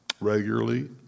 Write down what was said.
regularly